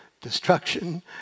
destruction